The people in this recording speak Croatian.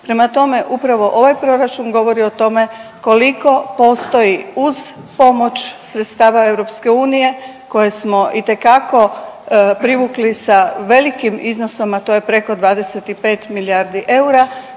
Prema tome, upravo ovaj proračun govori o tome koliko postoji uz pomoć sredstava EU koje smo itekako privukli sa velikim iznosom, a to je preko 25 milijardi eura